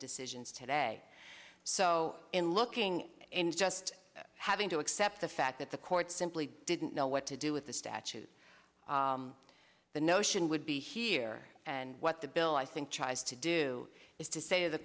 decisions today so in looking in just having to accept the fact that the court simply didn't know what to do with the statute the notion would be here and what the bill i think tries to do is to say the